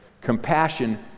Compassion